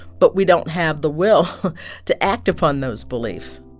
but we don't have the will to act upon those beliefs.